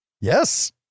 yes